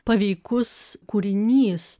paveikus kūrinys